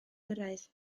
gyrraedd